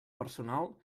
personal